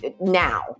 now